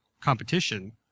competition